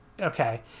okay